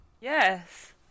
Yes